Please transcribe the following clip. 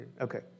Okay